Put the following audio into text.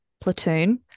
Platoon